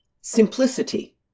Simplicity